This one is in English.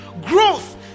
growth